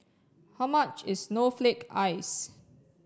how much is snowflake ice